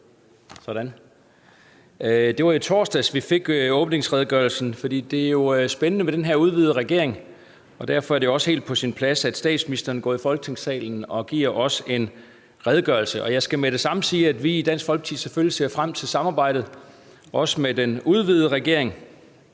Det var i torsdags, vi fik redegørelsen. Det er spændende med den her udvidede regering, og derfor er det også helt på sin plads, at statsministeren går i Folketingssalen og giver os en redegørelse. Jeg skal med det samme sige, at vi i Dansk Folkeparti selvfølgelig ser frem til samarbejdet også med den udvidede regering.